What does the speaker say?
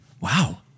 Wow